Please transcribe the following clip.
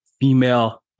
female